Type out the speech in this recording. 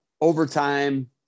overtime